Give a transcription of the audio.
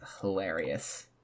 hilarious